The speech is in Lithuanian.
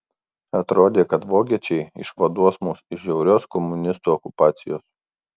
atrodė kad vokiečiai išvaduos mus iš žiaurios komunistų okupacijos